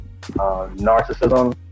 narcissism